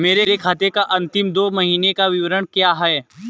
मेरे खाते का अंतिम दो महीने का विवरण क्या है?